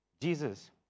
Jesus